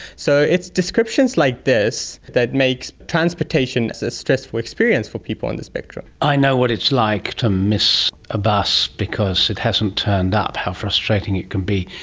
so it's descriptions like this that makes transportation a stressful experience for people on the spectrum. i know what it's like to miss a bus because it hasn't turned up, how frustrating it can be,